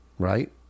Right